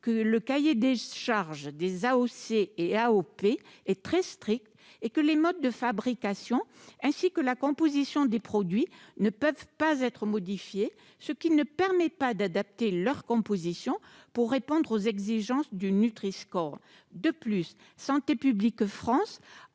le cahier des charges des AOC et AOP est très strict et les modes de fabrication ainsi que la composition des produits ne peuvent pas être modifiés, ce qui ne permet pas d'adapter leur composition pour répondre aux exigences du Nutri-score. De plus, Santé publique France